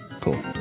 cool